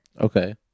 okay